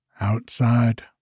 Outside